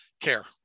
care